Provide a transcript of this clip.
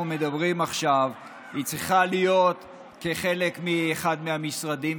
מדברים עכשיו צריכה להיות חלק מאחד המשרדים,